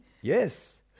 Yes